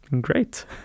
Great